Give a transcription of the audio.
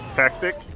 tactic